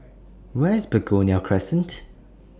Where IS Begonia Crescent